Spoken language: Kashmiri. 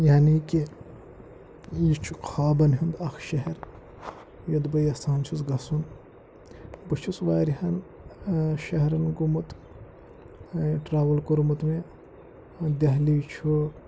یعنی کہِ یہِ چھُ خابَن ہُنٛد اَکھ شہر یوٚت بہٕ یَژھان چھُس گژھُن بہٕ چھُس وارِیاہَن شہرَن گوٚمُت ٹرٛاوٕل کوٚرمُت مےٚ دہلی چھُ